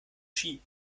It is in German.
ski